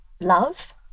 love